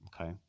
okay